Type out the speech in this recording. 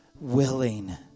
willing